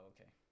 okay